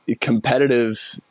competitive